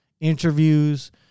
interviews